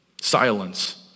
silence